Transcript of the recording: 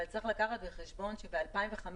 אבל צריך לקחת בחשבון שב-2005,